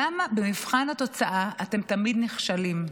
למה במבחן התוצאה אתם תמיד נכשלים?